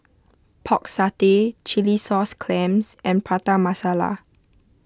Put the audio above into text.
Pork Satay Chilli Sauce Clams and Prata Masala